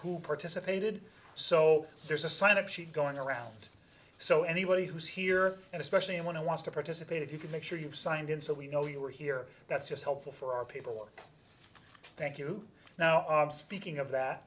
who participated so there's a sign up sheet going around so anybody who's here and especially one who wants to participate if you can make sure you've signed in so we know you were here that's just helpful for our paperwork thank you now i'm speaking of